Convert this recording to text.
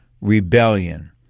rebellion